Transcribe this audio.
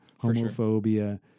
homophobia